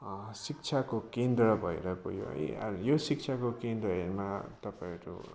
शिक्षाको केन्द्र भएर गयो है अनि यो शिक्षाको केन्द्रहरूमा तपाईँहरू